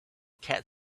cat